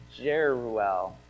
Jeruel